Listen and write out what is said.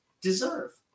deserve